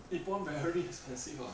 Epon very expensive ah